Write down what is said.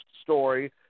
story